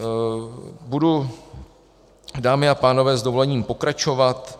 A budu, dámy a pánové, s dovolením pokračovat.